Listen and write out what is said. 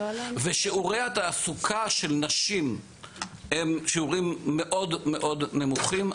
ושיעורי התעסוקה של נשים הם שיעורים מאוד מאוד נמוכים.